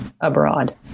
abroad